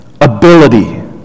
ability